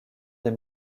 des